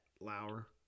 Lauer